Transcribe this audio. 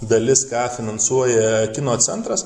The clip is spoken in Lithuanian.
dalis ką finansuoja kino centras